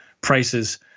prices